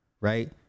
right